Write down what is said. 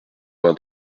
vingt